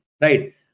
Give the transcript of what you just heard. right